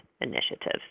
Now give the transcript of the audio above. initiatives